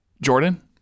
jordan